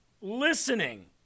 listening